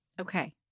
Okay